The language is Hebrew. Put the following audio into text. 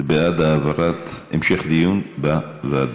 זה בעד המשך דיון בוועדה.